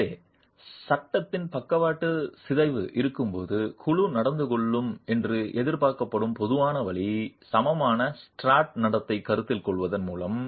எனவே சட்டத்தின் பக்கவாட்டு சிதைவு இருக்கும்போது குழு நடந்து கொள்ளும் என்று எதிர்பார்க்கப்படும் பொதுவான வழி சமமான ஸ்ட்ரட் நடத்தை கருத்தில் கொள்வதன் மூலம்